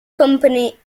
company